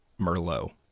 Merlot